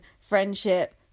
Friendship